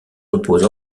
repose